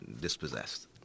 dispossessed